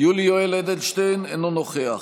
יולי יואל אדלשטיין, אינו נוכח